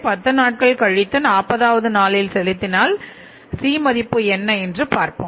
பத்து நாட்கள் கழித்து 40வது நாளில் செலுத்தினால்C மதிப்பு என்ன என்று பார்ப்போம்